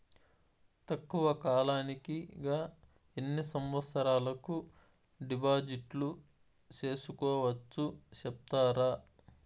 తక్కువ కాలానికి గా ఎన్ని సంవత్సరాల కు డిపాజిట్లు సేసుకోవచ్చు సెప్తారా